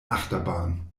achterbahn